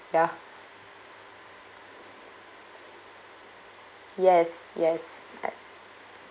ya yes yes at